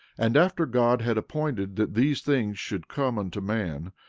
and after god had appointed that these things should come unto man,